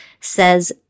says